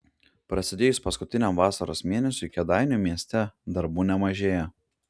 prasidėjus paskutiniam vasaros mėnesiui kėdainių mieste darbų nemažėja